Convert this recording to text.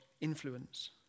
influence